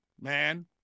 Man